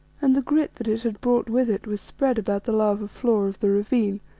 and the grit that it had brought with it was spread about the lava floor of the ravine,